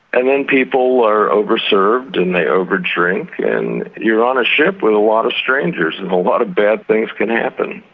and then people are over-served and they over-drink and you're on a ship with a lot of strangers and a lot of bad things can happen.